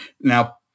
Now